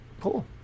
Cool